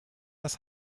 das